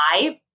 five